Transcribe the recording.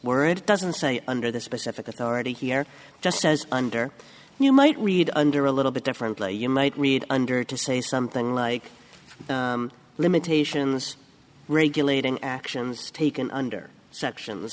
word doesn't say under the specific authority here just says under you might read under a little bit differently you might read under to say something like limitations regulating actions taken under section